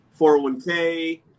401K